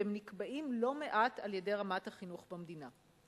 והם נקבעים לא מעט על-ידי רמת החינוך במדינה.